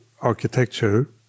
architecture